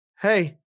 Hey